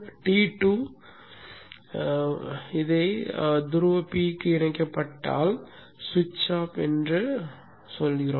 T2 தூக்கி எறிய துருவ P இணைக்கப்பட்டால் சுவிட்ச் ஆஃப் என்று சொல்கிறோம்